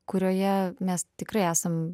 kurioje mes tikrai esam